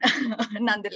nonetheless